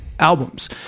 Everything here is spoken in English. albums